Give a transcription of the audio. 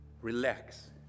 relax